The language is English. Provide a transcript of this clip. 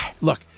look